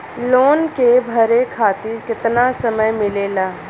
Loan के भरे खातिर कितना समय मिलेला?